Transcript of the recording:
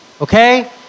okay